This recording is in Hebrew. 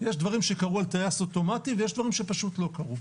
יש דברים שקרו על טייס אוטומטי ויש דברים שפשוט לא קרו,